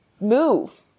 move